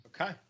Okay